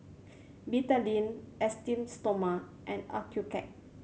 Betadine Esteem Stoma and Accucheck